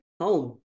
Home